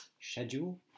schedule